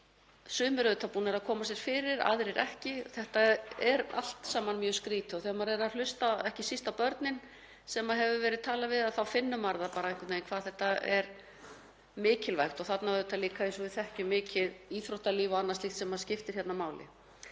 land. Sumir eru búnir að koma sér fyrir, aðrir ekki. Þetta er allt saman mjög skrýtið og þegar maður er að hlusta, ekki síst á börnin sem maður hefur verið að tala við, þá finnur maður það einhvern veginn hvað þetta er mikilvægt. Þarna er auðvitað líka, eins og við þekkjum, mikið íþróttalíf og annað slíkt sem skiptir máli.